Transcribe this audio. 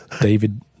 David